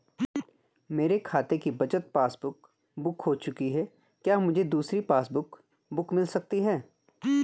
मेरे खाते की बचत पासबुक बुक खो चुकी है क्या मुझे दूसरी पासबुक बुक मिल सकती है?